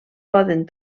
poden